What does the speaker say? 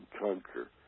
conquer